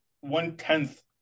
one-tenth